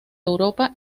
europa